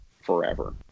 forever